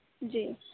جی